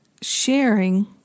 sharing